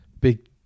big